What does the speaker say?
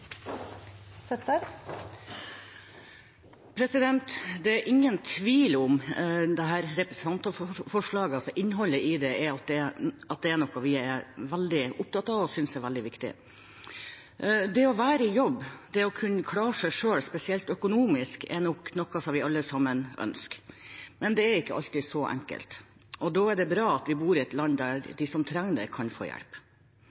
delta. Det er ingen tvil om at innholdet i dette representantforslaget er noe vi er veldig opptatt av og synes er veldig viktig. Det å være i jobb, det å kunne klare seg selv, spesielt økonomisk, er nok noe vi alle ønsker. Men det er ikke alltid så enkelt. Da er det bra at vi bor i et land der de som trenger det, kan få hjelp.